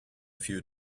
few